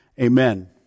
Amen